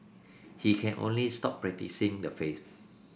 he can only stop practising the faith